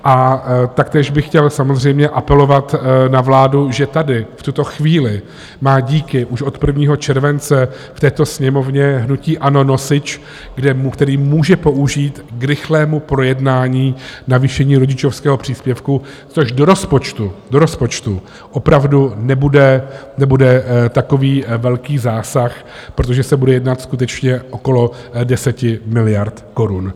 A taktéž bych chtěl samozřejmě apelovat na vládu, že tady v tuto chvíli má díky už od 1. července v této sněmovně hnutí ANO nosič, který může použít k rychlému projednání navýšení rodičovského příspěvku, což do rozpočtu opravdu nebude takový velký zásah, protože se bude jednat skutečně okolo 10 miliard korun.